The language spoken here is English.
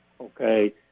okay